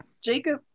Jacob